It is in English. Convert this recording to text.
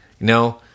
No